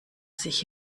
sich